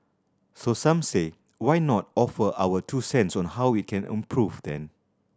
so some say why not offer our two cents on how we can improve then